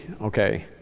okay